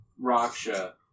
Raksha